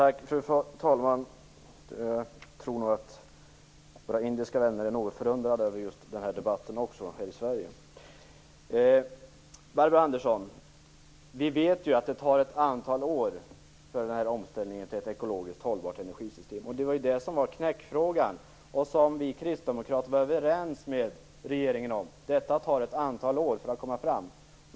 Fru talman! Jag tror nog att våra indiska vänner också är något förundrade över den här debatten i Barbro Andersson! Vi vet ju att det tar ett antal år för omställningen till ett ekologiskt hållbart energisystem. Det var ju det som var knäckfrågan där vi kristdemokrater var överens med regeringen: Det tar ett antal år för detta att komma fram.